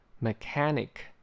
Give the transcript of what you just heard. Mechanic